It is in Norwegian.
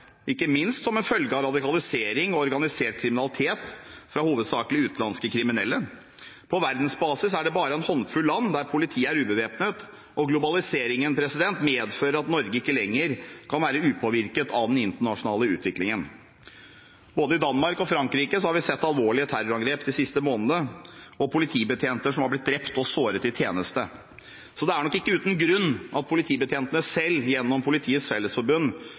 ikke minst som en følge av radikalisering og organisert kriminalitet fra hovedsakelig utenlandske kriminelle. På verdensbasis er det bare en håndfull land hvor politiet er ubevæpnet, og globaliseringen medfører at Norge ikke lenger kan være upåvirket av den internasjonale utviklingen. Både i Danmark og i Frankrike har vi sett alvorlige terrorangrep de siste månedene og politibetjenter som har blitt drept eller såret i tjeneste. Så det er nok ikke uten grunn at politibetjentene selv – gjennom Politiets Fellesforbund